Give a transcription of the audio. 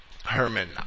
Herman